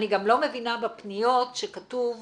אני גם לא מבינה בפניות שכתוב - סגור,